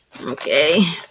Okay